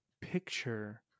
picture